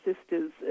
sisters